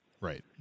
Right